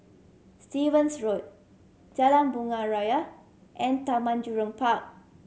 Stevens Road Jalan Bunga Raya and Taman Jurong Park